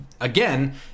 again